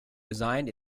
designed